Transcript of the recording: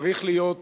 צריך להיות,